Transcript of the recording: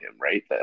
right